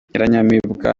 nyiranyamibwa